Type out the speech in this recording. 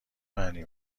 معنی